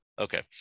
Okay